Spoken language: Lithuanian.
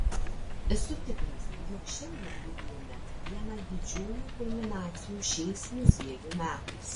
esu tikras jog šiandien liudijame vieną didžiųjų kulminacijų šiais muziejų metais